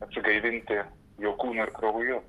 atsigaivinti jo kūnu ir krauju